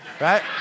right